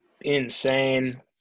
insane